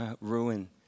ruin